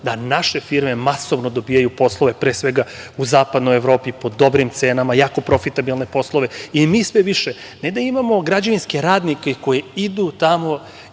da naše firme masovno dobijaju poslove, pre svega u Zapadnoj Evropi po dobrim cenama, jako profitabilne poslove i mi sve više, ne da imamo građevinske radnike koji idu tamo